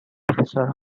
officer